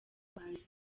abanzi